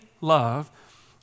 love